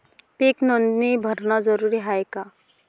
पीक नोंदनी भरनं जरूरी हाये का?